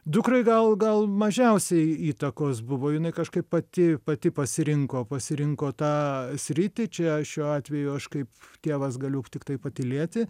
dukrai gal gal mažiausiai įtakos buvo jinai kažkaip pati pati pasirinko pasirinko tą sritį čia šiuo atveju aš kaip tėvas galiu tiktai patylėti